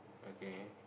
okay